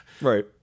Right